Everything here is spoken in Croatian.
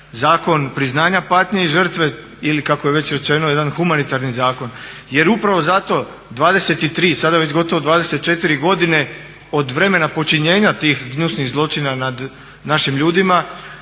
zakon priznanja patnje i žrtve ili kako je već rečeno jedan humanitarni zakon. Jer upravo zato 23, sada već gotovo 24 godine od vremena počinjenja tih gnjusnih zločina nad našim ljudima